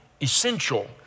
essential